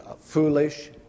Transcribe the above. foolish